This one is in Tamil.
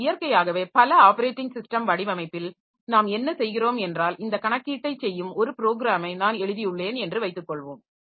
எனவே இயற்கையாகவே பல ஆப்பரேட்டிங் சிஸ்டம் வடிவமைப்பில் நாம் என்ன செய்கிறோம் என்றால் இந்த கணக்கீட்டைச் செய்யும் ஒரு ப்ரோக்கிராமை நான் எழுதியுள்ளேன் என்று வைத்துக்கொள்வோம்